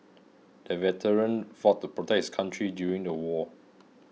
the veteran fought to protect his country during the war